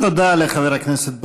תודה לחבר הכנסת ברושי.